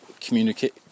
communicate